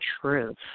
truth